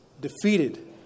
defeated